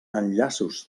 enllaços